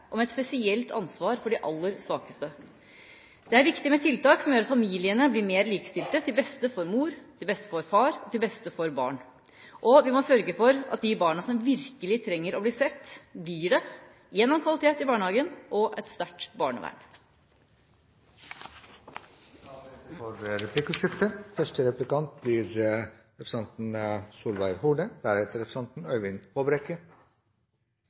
og med et spesielt ansvar for de aller svakeste. Det er viktig med tiltak som gjør at familiene blir mer likestilte, til beste for mor, far og barn. Vi må også sørge for at de barna som virkelig trenger å bli sett, blir det – gjennom kvalitet i barnehagen og et sterkt barnevern. Det blir replikkordskifte. Representanten